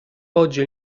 oggi